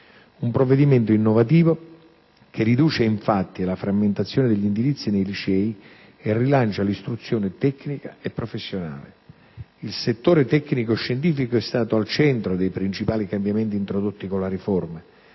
Un provvedimento innovativo che riduce infatti la frammentazione degli indirizzi nei licei e rilancia l'istruzione tecnica e professionale. Il settore tecnico-scientifico è stato al centro dei principali cambiamenti introdotti con la riforma